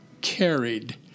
Carried